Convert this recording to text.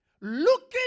looking